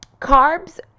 carbs